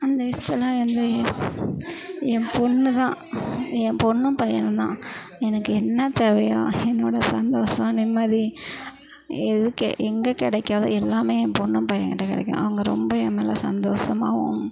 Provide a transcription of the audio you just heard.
அந்த விஷயத்துலலாம் வந்து எ என் பெண்ணு தான் என் பெண்ணும் பையனும்தான் எனக்கு என்ன தேவையோ என்னோடய சந்தோஷம் நிம்மதி எது கெ எங்கே கிடைக்காதோ எல்லாமே என் பெண்ணும் பையன்கிட்ட கிடைக்கும் அவங்க ரொம்ப என் மேல் சந்தோஷமாவும்